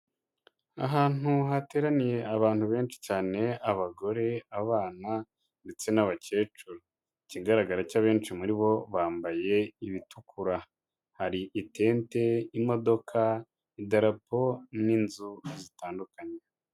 Ahantu hateraniye abantu benshi cyane; abagore, abana ndetse n'abakecuru. Ikigaragara cyo abenshi muri bo bambaye ibitukura. Hari itente, imodoka, idarapo n'inzu zitandukanye.